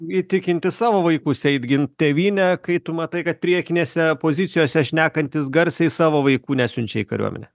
įtikinti savo vaikus eit gint tėvynę kai tu matai kad priekinėse pozicijose šnekantys garsiai savo vaikų nesiunčia į kariuomenę